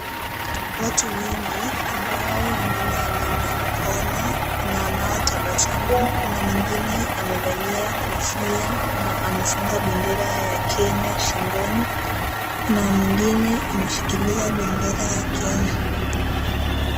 Watu wengi ambao wengine wameinua mikono kuna wanao tabasamu kuna mwigine amevalia kofia na amefunga bendera ya kenya shingoni kuna mwigine ameshikilia bendera ya Kenya.